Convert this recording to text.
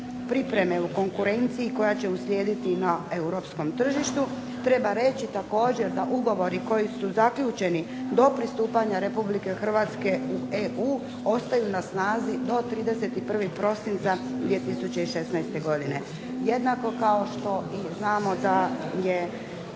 pripreme u konkurenciji koja će uslijediti na europskom tržištu. Treba reći također da ugovori koji su zaključeni do pristupanja RH u EU ostaju na snazi do 31. prosinca 2016. godine. Jednako kao što i znamo da je